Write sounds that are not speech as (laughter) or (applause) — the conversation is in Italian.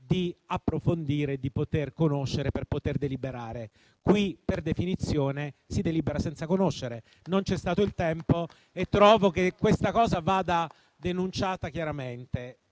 di approfondire e di poter conoscere per poter deliberare. Qui, per definizione, si delibera senza conoscere. (applause) Non c'è stato il tempo e trovo che questa circostanza vada denunciata chiaramente.